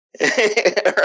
right